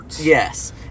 Yes